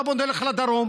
עכשיו בואו נלך לדרום.